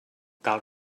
cal